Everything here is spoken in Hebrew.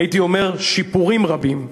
הייתי אומר שיפורים רבים.